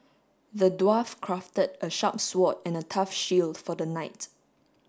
the dwarf crafted a sharp sword and a tough shield for the knight